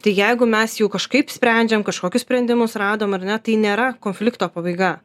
tai jeigu mes jau kažkaip sprendžiam kažkokius sprendimus radom ar ne tai nėra konflikto pabaiga